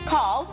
Call